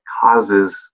causes